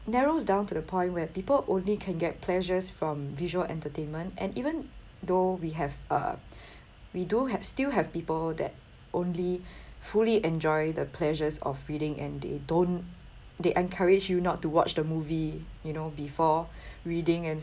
narrows down to the point where people only can get pleasures from visual entertainment and even though we have uh we do have still have people that only fully enjoy the pleasures of reading and they don't they encourage you not to watch the movie you know before reading and